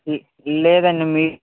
లేదండి మీ